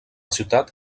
ciutat